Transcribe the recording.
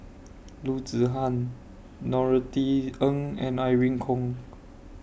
Loo Zihan Norothy Ng and Irene Khong